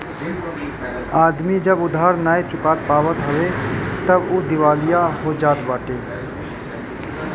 आदमी जब उधार नाइ चुका पावत हवे तअ उ दिवालिया हो जात बाटे